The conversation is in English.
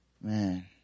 man